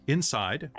Inside